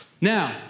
Now